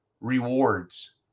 rewards